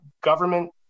government